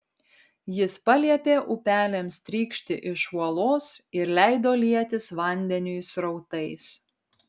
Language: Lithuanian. jis paliepė upeliams trykšti iš uolos ir leido lietis vandeniui srautais